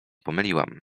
pomyliłam